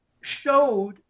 showed